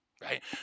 right